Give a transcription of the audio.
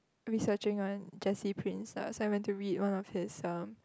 researching on Jessy-Prince ah so I went to read one of his um